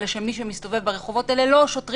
אלא שמי שמסתובב ברחובות האלה אלה לא שוטרים